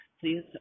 please